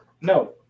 No